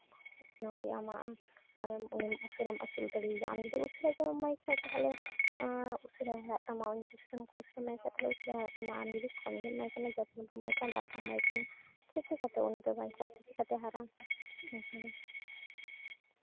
ᱡᱚᱢ ᱨᱮᱭᱟᱜ ᱟᱢᱟᱜ ᱟᱢᱮᱢ ᱩᱱᱤᱢ ᱩᱥᱟᱹᱨᱟ ᱟᱹᱥᱩᱞ ᱫᱟᱲᱮᱣᱟᱭᱟ ᱟᱢ ᱡᱩᱫᱤ ᱩᱥᱟᱹᱨᱟ ᱡᱚᱢᱮᱢ ᱮᱢᱟᱭ ᱠᱷᱟᱡ ᱛᱟᱦᱚᱞᱮ ᱩᱥᱟᱹᱨᱟᱭ ᱦᱟᱨᱟᱜ ᱛᱟᱢᱟ ᱤᱧᱡᱮᱠᱥᱮᱱ ᱠᱚ ᱩᱥᱟᱹᱨᱟᱢ ᱮᱢᱟᱭ ᱠᱷᱟᱡ ᱩᱥᱟᱹᱨᱟᱭ ᱦᱟᱨᱟᱜ ᱛᱟᱢᱟ ᱟᱢ ᱡᱩᱫᱤ ᱠᱚᱢ ᱧᱚᱜ ᱮᱢ ᱮᱢᱟᱭ ᱠᱟᱱᱟ ᱡᱚᱢᱼᱧᱩ ᱵᱟᱢ ᱮᱢᱟᱭ ᱠᱟᱱᱟ ᱫᱟᱜ ᱵᱟᱢ ᱮᱢᱟᱭ ᱠᱟᱱᱟ ᱛᱚᱵᱮ ᱪᱮᱠᱟᱛᱮ ᱩᱱᱤᱫᱚᱭ ᱵᱟᱧᱪᱟᱜᱼᱟ ᱥᱮ ᱪᱮᱠᱟᱛᱮ ᱦᱟᱨᱟᱜᱼᱟ ᱚᱱᱠᱟᱜᱮ